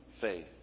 faith